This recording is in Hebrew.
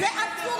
את תמשיכי פה,